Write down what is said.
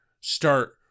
start